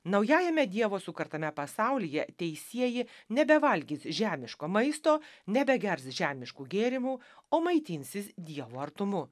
naujajame dievo sukartame pasaulyje teisieji nebevalgys žemiško maisto nebegers žemiškų gėrimų o maitinsis dievo artumu